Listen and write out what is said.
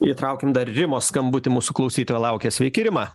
įtraukim dar rimos skambutį mūsų klausytoja laukia sveiki rima